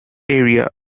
area